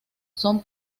son